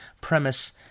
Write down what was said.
premise